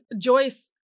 Joyce